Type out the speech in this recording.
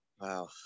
wow